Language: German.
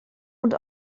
und